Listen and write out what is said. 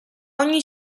ogni